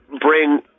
bring